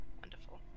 Wonderful